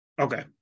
okay